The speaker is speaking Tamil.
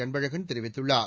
அன்பழகன் தெரிவித்துள்ளார்